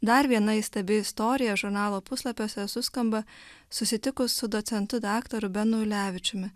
dar viena įstabi istorija žurnalo puslapiuose suskamba susitikus su docentu daktaru benu ulevičiumi